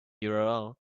url